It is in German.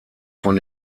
von